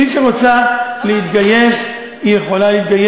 אז תבטלו את הנוהל הזה, אל תחזירו, תקשיבי.